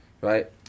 Right